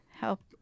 Help